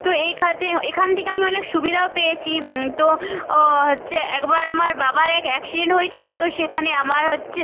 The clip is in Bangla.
তো এই খাতে এখান থেকে আমি অনেক সুবিধাও পেয়েছি তো ও হচ্ছে একবার আমার বাবার এক অ্যাক্সিডেন্ট হয়েছিল তো সেখানে আমার হচ্ছে